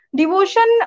devotion